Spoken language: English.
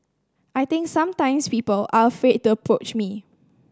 I think sometimes people are afraid to approach me